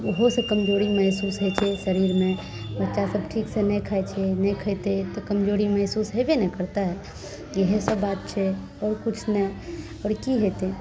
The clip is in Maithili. ओहोसे कमजोरी महसूस होइ छै शरीरमे बच्चासभ ठीकसे नहि खाइ छै नहि खएतै तऽ कमजोरी महसूस हेबे ने करतै इएहसब बात छै आओर किछु नहि आओर कि हेतै